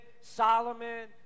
Solomon